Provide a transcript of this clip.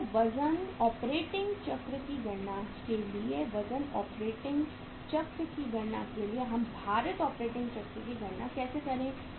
तो वजन ऑपरेटिंग चक्र की गणना के लिए वजन ऑपरेटिंग चक्र की गणना के लिए हम भारित ऑपरेटिंग चक्र की गणना कैसे करेंगे